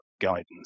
guidance